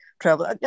travel